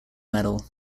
medal